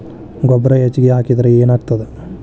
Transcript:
ಗೊಬ್ಬರ ಹೆಚ್ಚಿಗೆ ಹಾಕಿದರೆ ಏನಾಗ್ತದ?